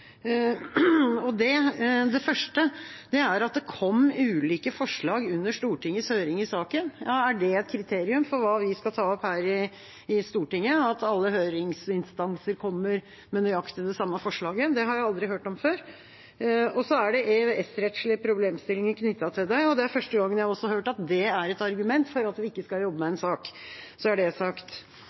Det første er at det kom ulike forslag under Stortingets høring i saken. Er det et kriterium for hva vi skal ta opp her i Stortinget, at alle høringsinstanser kommer med nøyaktig det samme forslaget? Det har jeg aldri hørt om før. Det er EØS-rettslige problemstillinger knyttet til dette, men dette er første gangen jeg har hørt at det er et argument for at vi ikke skal jobbe med en sak. Så er det sagt.